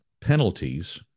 penalties